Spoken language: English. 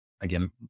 Again